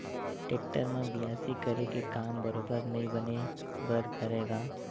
tractor म बियासी करे के काम बरोबर नइ बने बर धरय गा